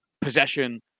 possession